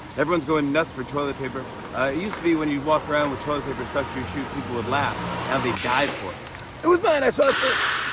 everyone's going nuts for toilet paper. it used to be, when you'd walk around with toilet paper stuck to your shoe, people would laugh. now, they dive for it. it was mine! i saw it first!